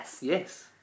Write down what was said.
Yes